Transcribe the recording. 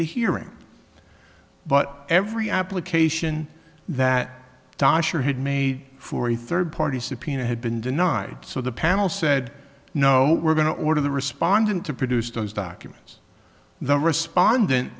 the hearing but every application that dosh or had made for a third party subpoena had been denied so the panel said no we're going to order the respondent to produce those documents the respondent